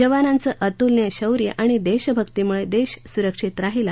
जवानांचं अतुलनीय शौर्य आणि देशभक्तीमुळे देश सुरक्षित राहीला